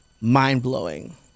mind-blowing